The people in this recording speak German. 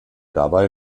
dabei